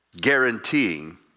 guaranteeing